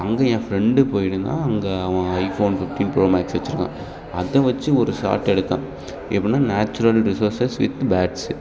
அங்கே என் ஃப்ரெண்டு போயிருந்தான் அங்கே அவன் ஐஃபோன் ஃபிஃப்டின் ப்ரோ மேக்ஸ் வச்சிருக்கான் அதை வச்சு ஒரு ஷாட் எடுத்தான் எப்புடின்னா நேச்சுரல் ரிசோர்சஸ் வித் பேட்ஸு